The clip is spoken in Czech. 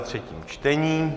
třetí čtení